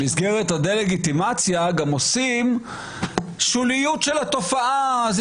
במסגרת הדה-לגיטימציה גם עושים מן התופעה שולית,